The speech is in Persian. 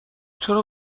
چرا